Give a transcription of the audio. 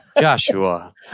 Joshua